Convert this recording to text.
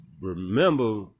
remember